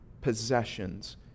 possessions